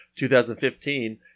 2015